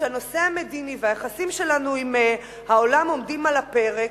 כשהנושא המדיני והיחסים שלנו עם העולם עומדים על הפרק,